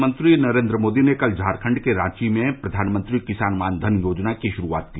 प्रधानमंत्री नरेन्द्र मोदी ने कल झारखंड के रांची में प्रधानमंत्री किसान मानधन योजना की शुरूआत की